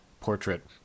portrait